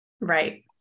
right